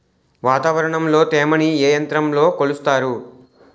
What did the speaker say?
వాతావరణంలో తేమని ఏ యంత్రంతో కొలుస్తారు?